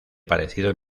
parecido